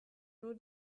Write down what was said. nur